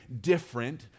different